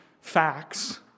facts